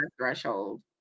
threshold